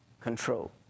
control